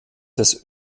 des